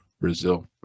Brazil